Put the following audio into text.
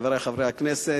חברי חברי הכנסת,